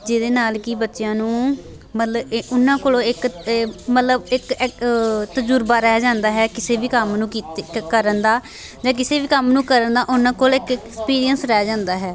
ਜਿਹਦੇ ਨਾਲ ਕਿ ਬੱਚਿਆਂ ਨੂੰ ਮਤਲਬ ਇਹ ਉਹਨਾਂ ਕੋਲੋਂ ਇੱਕ ਤਾਂ ਮਤਲਬ ਇੱਕ ਇੱਕ ਤਜ਼ਰਬਾ ਰਹਿ ਜਾਂਦਾ ਹੈ ਕਿਸੇ ਵੀ ਕੰਮ ਨੂੰ ਕੀਤੇ ਕ ਕਰਨ ਦਾ ਜਾਂ ਕਿਸੇ ਵੀ ਕੰਮ ਨੂੰ ਕਰਨ ਦਾ ਉਹਨਾਂ ਕੋਲ ਇੱਕ ਇੱਕ ਐਕਸਪੀਰੀਅੰਸ ਰਹਿ ਜਾਂਦਾ ਹੈ